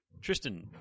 Tristan